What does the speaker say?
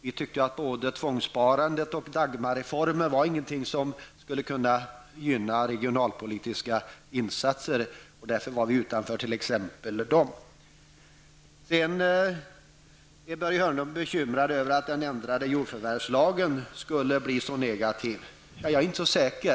Vi tycker att varken tvångssparandet eller Dagmarreformen var någonting som skulle gynna regionalpolitiska insatser. Därför var vi utanför. Börje Hörnlund är bekymrad över att den ändrade jordförvärvslagen skulle bli negativ. Jag är inte så säker.